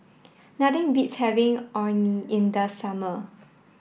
nothing beats having Orh Nee in the summer